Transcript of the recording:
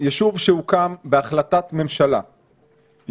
יישוב שהוקם בהחלטת ממשלה,